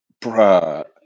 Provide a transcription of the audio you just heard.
Bruh